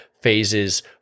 phases